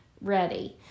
ready